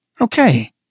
Okay